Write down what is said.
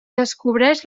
descobreix